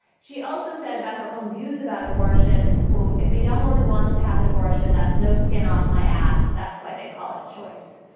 she also said about her own views about abortion. quote, if a young woman wants to have an abortion, that's no skin off my ass. that's why they call it choice.